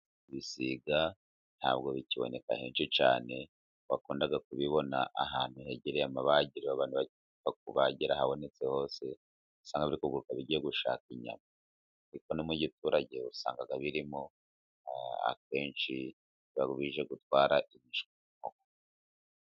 Ibisiga ntabwo bikiboneka henshi cyane, bakunda kubibona ahantu hegereye amabagiro, abantu bagikunda kubagira ahabonetse hose usanga biri kuguruka bigiye gushaka inyama. Ariko no mu giturage usanga birimo, akenshi biba bije gutwara inyama.